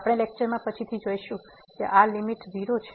આપણે વ્યાખ્યાનમાં પછીથી જોઈશું કે આ લીમીટ 0 છે